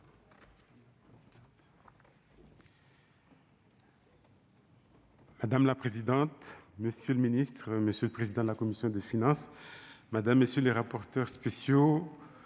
Madame la présidente, monsieur le ministre, monsieur le président de la commission des finances Madame messieurs les rapporteurs spéciaux